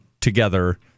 together